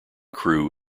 crew